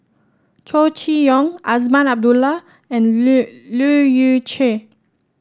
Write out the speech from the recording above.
Chow Chee Yong Azman Abdullah and Leu Yew Chye